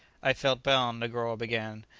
i felt bound, negoro began,